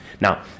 Now